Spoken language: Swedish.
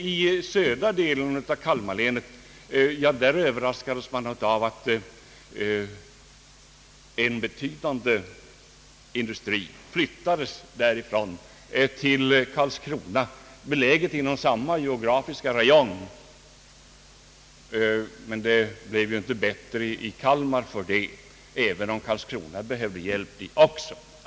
I södra delen av Kalmar län överraskades man av att en betydande industri flyttades därifrån till Karlskrona, som är beläget inom samma geografiska region. Det blev inte bättre i Kalmar för det, även om Karlskrona också behöver hjälp.